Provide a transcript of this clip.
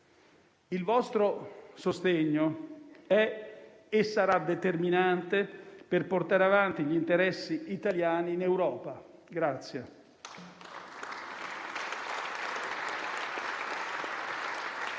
Il vostro sostegno è e sarà determinante per portare avanti gli interessi italiani in Europa.